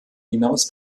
hinaus